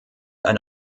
eine